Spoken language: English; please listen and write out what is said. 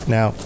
Now